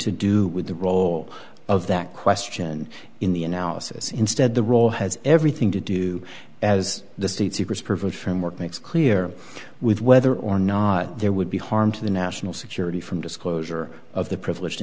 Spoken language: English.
to do with the role of that question in the analysis instead the role has everything to do as the state secrets privilege framework makes clear with whether or not there would be harm to the national security from disclosure of the privileged